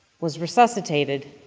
was resuscitated,